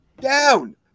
down